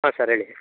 ಹಾಂ ಸರ್ ಹೇಳಿ